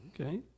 okay